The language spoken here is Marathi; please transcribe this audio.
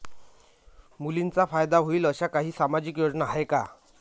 मुलींले फायदा होईन अशा काही सामाजिक योजना हाय का?